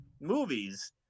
movies